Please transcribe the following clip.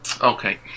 Okay